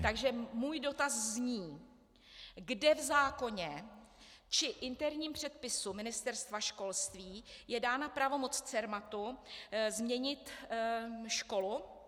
Takže můj dotaz zní, kde v zákoně či interním předpisu Ministerstva školství je dána pravomoc Cermatu změnit školu.